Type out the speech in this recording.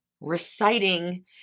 reciting